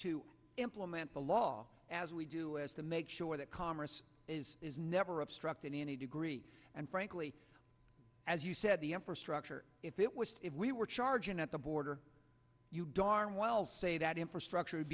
to implement the law as we do is to make sure that commerce is is never obstructed any degree and frankly as you said the infrastructure if it was if we were charging at the border you darn well say that infrastructure